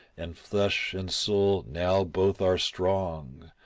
and flesh and soul, now both are strong,